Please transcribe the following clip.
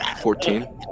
fourteen